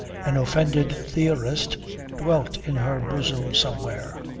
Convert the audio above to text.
an offended theorist dwelt in her bosom somewhere.